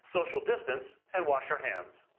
social distance and wash our hands.